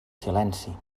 silenci